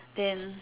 then